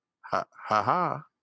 Ha-ha-ha